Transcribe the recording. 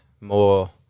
more